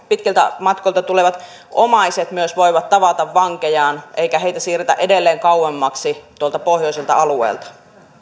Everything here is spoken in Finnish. pitkiltä matkoilta tulevat omaiset voivat tavata vankeja eikä näitä siirretä edelleen kauemmaksi tuolta pohjoiselta alueelta